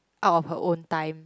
out of her own time